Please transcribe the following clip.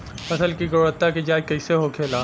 फसल की गुणवत्ता की जांच कैसे होखेला?